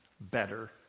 better